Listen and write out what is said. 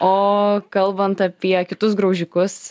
o kalbant apie kitus graužikus